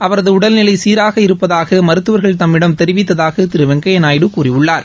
அவரது உடல்நிலை சீராக இருப்பதாக மருத்துவர்கள் தம்மிடம் தெரிவித்ததாக திரு வெங்கையா நாயுடு கூறியுள்ளார்